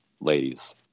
ladies